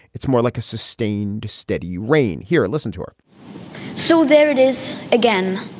it's more like a sustained, steady rain. here, listen to her so there it is again.